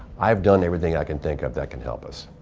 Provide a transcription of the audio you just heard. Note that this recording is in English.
i've done everything i can think of that can help us.